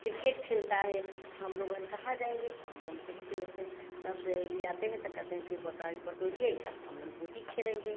cricket खेलता है हम लोग कहाँ जाएँगे हम लोग के अच्छे लगते हैं सब सहेली आते हैं तो कहते हैं कि बटोरिए हम लोन गोटी खेलेंगे